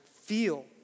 feel